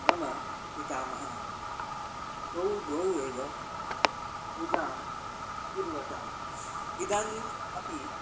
मम पितामहः तौ द्वौ एव पूजां कुर्वतः इदानीम् अपि